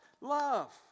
love